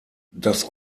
das